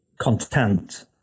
content